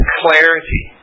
clarity